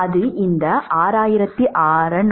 அது இந்த 6666